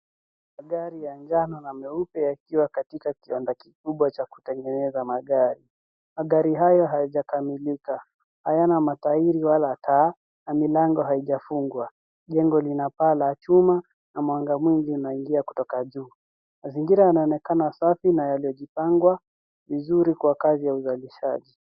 Magari ya njano na meupe yakiwa katika kiwanda kikubwa cha kutengeneza magari. Magari haya hayajakamililika . Hayana matairi wala taa na milango haijafungwa. Jengo lina paa la chuma na mwanga mwingi unaingia kutoka juu. Mazingira yanaonekana safi na yaliyojipanga vizuri kwa kazi ya uzalishaji.